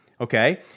Okay